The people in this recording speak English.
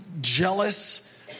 jealous